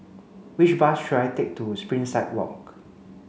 which bus should I take to Springside Walk